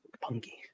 Punky